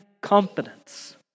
confidence